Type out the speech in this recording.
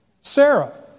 Sarah